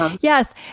yes